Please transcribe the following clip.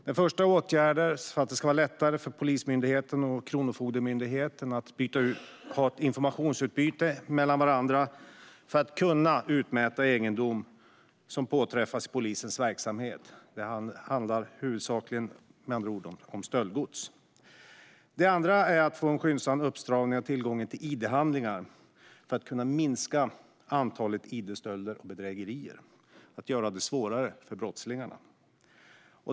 Det första tillkännagivandet gäller att det ska bli lättare för Polismyndigheten och Kronofogdemyndigheten att ha ett informationsutbyte för att kunna utmäta egendom som påträffas i polisens verksamhet. Med andra ord handlar det huvudsakligen om stöldgods. Det andra gäller att man ska få en skyndsam uppstramning av tillgången till id-handlingar för att kunna minska antalet id-stölder och bedrägerier och göra det svårare för brottslingar.